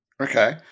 Okay